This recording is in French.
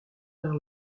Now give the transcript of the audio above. vers